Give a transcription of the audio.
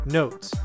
notes